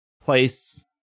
place